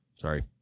Sorry